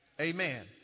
Amen